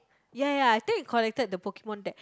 ya ya I think collected the Pokemon deck